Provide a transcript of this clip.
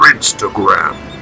Instagram